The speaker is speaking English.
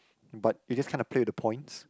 but you just kinda play with the points